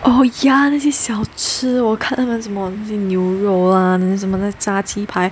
oh ya 那些小吃我看他们什么牛肉啦什么炸鸡排